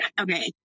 Okay